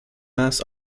mass